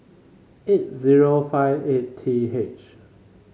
eight zero five eight T H